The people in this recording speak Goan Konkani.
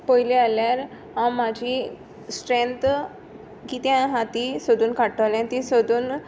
पयली जाल्यार हांव म्हजी स्ट्रँथ कित्यान आसा ती सोदून काडटलें ती सोदून